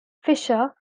fisher